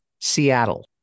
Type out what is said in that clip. Seattle